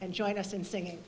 and join us in singing